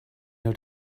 know